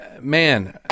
man